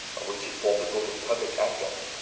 of which it formed a sort of public adjunct,